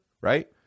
right